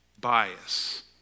Bias